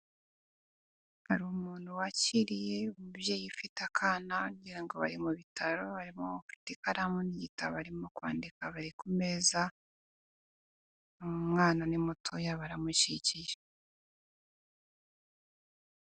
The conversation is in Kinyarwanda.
Umuntu wakiriye umubyeyi ufite akana wagirango ngo bari mu ivuriro barimo bafite ikaramu n'igitabo barimo kwandika bari ku meza umwana ni muto umubyeyi aramukikiye.